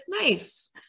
nice